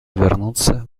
вернуться